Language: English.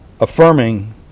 affirming